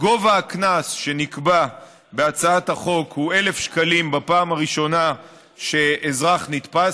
גובה הקנס שנקבע בהצעת החוק הוא 1,000 שקלים בפעם הראשונה שאזרח נתפס,